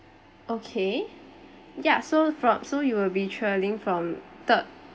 okay ya so from so you'll be travelling from third